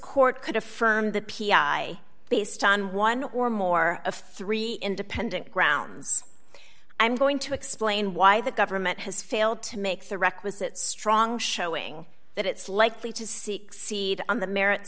court could affirm the p i based on one or more of free independent grounds i'm going to explain why the government has failed to make the requisite strong showing that it's likely to seek seat on the merits